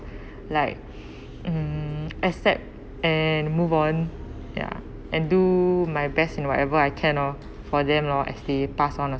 like mm accept and move on ya and do my best in whatever I can lor for them lor as they pass on